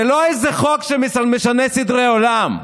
זה לא איזה חוק שמשנה סדרי עולם.